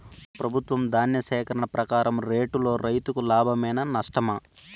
ప్రభుత్వం ధాన్య సేకరణ ప్రకారం రేటులో రైతుకు లాభమేనా నష్టమా?